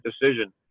decision